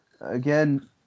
Again